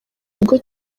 ubwo